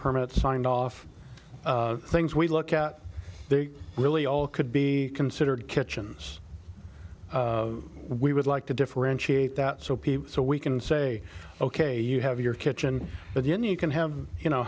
permit signed off things we look at they really all could be considered kitchens we would like to differentiate that so people so we can say ok you have your kitchen but then you can have you know